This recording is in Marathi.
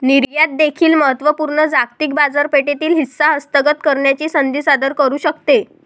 निर्यात देखील महत्त्व पूर्ण जागतिक बाजारपेठेतील हिस्सा हस्तगत करण्याची संधी सादर करू शकते